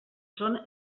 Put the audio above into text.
són